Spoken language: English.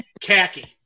khaki